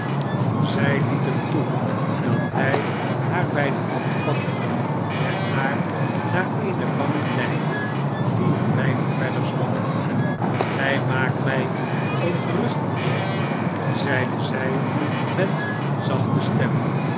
zij liet hem toe dat hij haar bij de hand vatte en haar naar eene bank leidde die een weinig verder stond gij maakt mij ongerust mijnheer i zeide zij met eene zachte stem